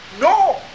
No